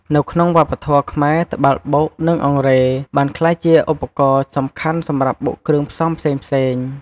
នៅក្នុងវប្បធម៌ខ្មែរ ត្បាល់បុក និងអង្រែបានក្លាយជាឧបករណ៍សំខាន់សម្រាប់បុកគ្រឿងផ្សំផ្សេងៗ ។